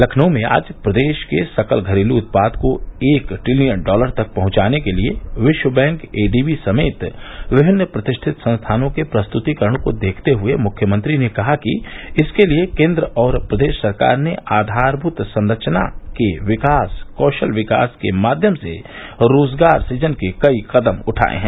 लखनऊ में आज प्रदेश के सकल घरेलू उत्पाद को एक ट्रिलियन डॉलर तक पहुंचाने के लिए विश्व बैंक एडीबी समेत विभिन्न प्रतिष्ठित संस्थानों के प्रस्तुतीकरण को देखते हुए मुख्यमंत्री ने कहा कि इसके लिए केंद्र और प्रदेश सरकार ने आधारभूत सरचना के विकास कौशल विकास के माध्यम से रोजगार सुजन के कई कदम उठाए हैं